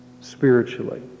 spiritually